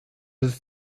ist